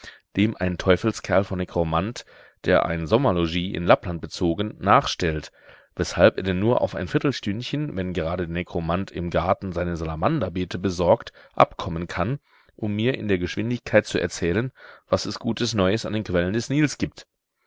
dem ein teufelskerl von nekromant der ein sommerlogis in lappland bezogen nachstellt weshalb er denn nur auf ein viertelstündchen wenn gerade der nekromant im garten seine salamanderbeete besorgt abkommen kann um mir in der geschwindigkeit zu erzählen was es gutes neues an den quellen des nils gibt